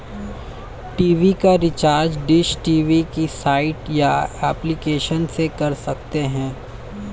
TV का recharge dish TV की site या एप्लीकेशन से कर सकते है